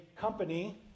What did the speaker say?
company